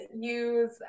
use